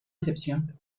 excepción